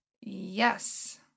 Yes